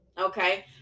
okay